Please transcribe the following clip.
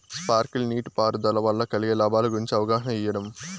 Sprinkle నీటిపారుదల వల్ల కలిగే లాభాల గురించి అవగాహన ఇయ్యడం?